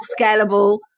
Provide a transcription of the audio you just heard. scalable